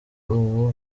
ubu